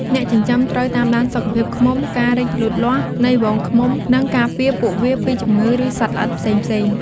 អ្នកចិញ្ចឹមត្រូវតាមដានសុខភាពឃ្មុំ ការរីកលូតលាស់នៃហ្វូងឃ្មុំ និងការពារពួកវាពីជំងឺ ឬសត្វល្អិតផ្សេងៗ។